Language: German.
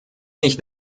nicht